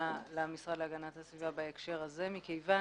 למשרד להגנת הסביבה בהקשר הזה מכיוון